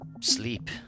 sleep